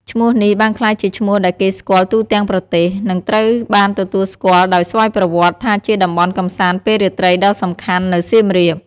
ឈ្មោះនេះបានក្លាយជាឈ្មោះដែលគេស្គាល់ទូទាំងប្រទេស និងត្រូវបានទទួលស្គាល់ដោយស្វ័យប្រវត្តិថាជាតំបន់កម្សាន្តពេលរាត្រីដ៏សំខាន់នៅសៀមរាប។